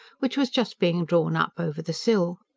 which was just being drawn up over the sill.